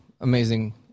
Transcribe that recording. amazing